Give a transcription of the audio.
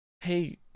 hey